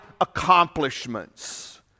accomplishments